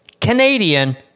Canadian